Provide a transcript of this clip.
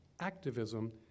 activism